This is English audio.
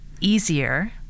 easier